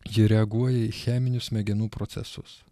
ji reaguoja į cheminius smegenų procesus